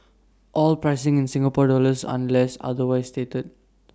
all pricing in Singapore dollars unless otherwise stated